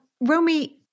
Romy